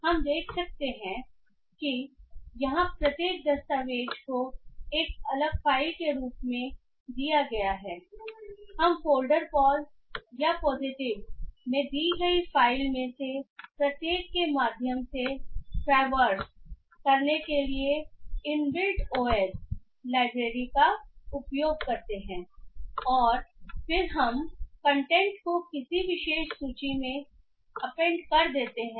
हम देख सकते हैं कि यहां प्रत्येक दस्तावेज़ को एक अलग फ़ाइल के रूप में दिया गया है हम फ़ोल्डर पॉज़ या पॉज़िटिव में दी गई फ़ाइल में से प्रत्येक के माध्यम से ट्रैवस करने के लिए इनबिल्ट ओएस लाइब्रेरी का उपयोग करते हैं और फिर हम कंटेंट को किसी विशेष सूची में अपेंड कर देते हैं